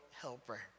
Helper